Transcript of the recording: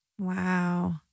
Wow